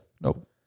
Nope